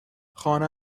خانه